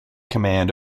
command